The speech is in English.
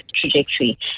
trajectory